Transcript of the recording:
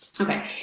Okay